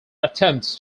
attempts